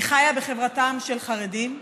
אני חיה בחברתם של חרדים,